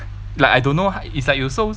like I don't know it's like you so